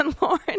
lauren